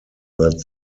that